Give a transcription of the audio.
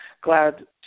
glad